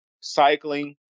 cycling